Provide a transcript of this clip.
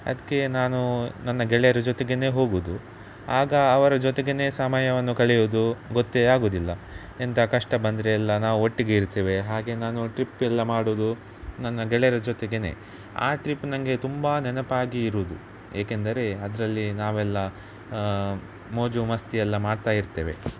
ಅದಕ್ಕೆ ನಾನು ನನ್ನ ಗೆಳೆಯರ ಜೊತೆಗೇನೆ ಹೋಗುದು ಆಗ ಅವರ ಜೊತೆಗೇನೆ ಸಮಯವನ್ನು ಕಳೆಯೋದು ಗೊತ್ತೇ ಆಗುದಿಲ್ಲ ಎಂತ ಕಷ್ಟ ಬಂದರೆ ಎಲ್ಲ ನಾವು ಒಟ್ಟಿಗೆ ಇರ್ತೇವೆ ಹಾಗೆ ನಾನು ಟ್ರಿಪ್ಪೆಲ್ಲ ಮಾಡುದು ನನ್ನ ಗೆಳೆಯರ ಜೊತೆಗೇನೇ ಆ ಟ್ರಿಪ್ ನನಗೆ ತುಂಬ ನೆನಪಾಗಿ ಇರುವುದು ಏಕೆಂದರೆ ಅದರಲ್ಲಿ ನಾವೆಲ್ಲ ಮೋಜು ಮಸ್ತಿ ಎಲ್ಲ ಮಾಡ್ತಾ ಇರ್ತೇವೆ